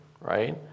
right